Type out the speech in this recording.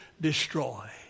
destroy